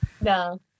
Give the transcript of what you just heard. No